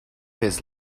his